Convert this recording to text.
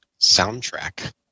soundtrack